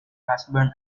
husband